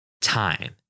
time